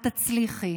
את תצליחי,